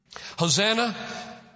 Hosanna